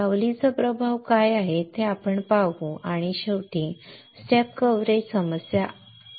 सावलीचा प्रभाव काय आहे ते आपण पाहू आणि शेवटी स्टेप कव्हरेज समस्या आहेत